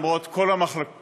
למרות כל המחלוקות,